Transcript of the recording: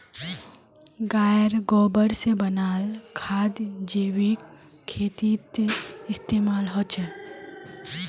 गायेर गोबर से बनाल खाद जैविक खेतीत इस्तेमाल होछे